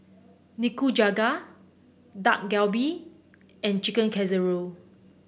Nikujaga Dak Galbi and Chicken Casserole